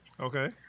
Okay